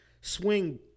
swing